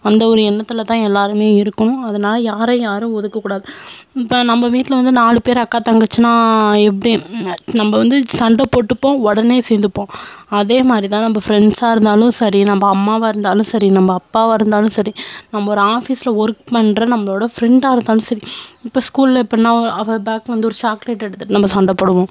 அந்த ஒரு எண்ணத்தில் தான் எல்லோருமே இருக்கோம் அதனால் யாரையும் யாரும் ஒதுக்கக்கூடாது இப்போ நம்ம வீட்டில் வந்து நாலு பேர் அக்கா தங்கச்சினா எப்படி நம்ம வந்து சண்டை போட்டுப்போம் உடனே சேர்ந்துப்போம் அதே மாதிரி தான் நம்ம ஃப்ரெண்ட்ஸாக இருந்தாலும் சரி நம்ம அம்மாவாக இருந்தாலும் சரி நம்ம அப்பாவாக இருந்தாலும் சரி நம்ம ஒரு ஆஃபீஸில் ஒர்க் பண்ணுற நம்மளோட ஃப்ரெண்டாக இருந்தாலும் சரி இப்போ ஸ்கூலில் எப்பிடினா அவ பேக்லேந்து ஒரு சாக்லேட் எடுத்துகிட்டு நம்ம சண்டை போடுவோம்